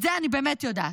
את זה אני באמת יודעת.